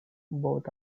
both